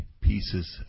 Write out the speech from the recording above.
pieces